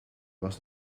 was